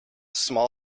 small